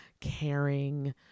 caring